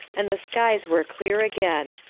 and the skies were clear again.